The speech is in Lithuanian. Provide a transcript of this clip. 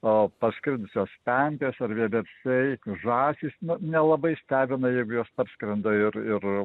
o parskridusios pempės ar vieversiais žąsys nu nelabai stebina jeigu jos atskrenda ir ir